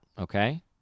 okay